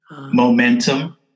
momentum